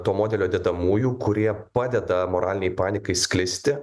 to modelio dedamųjų kurie padeda moralinei panikai sklisti